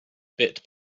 bit